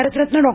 Bharat Ratna Dr